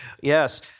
yes